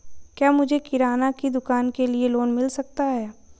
क्या मुझे किराना की दुकान के लिए लोंन मिल सकता है?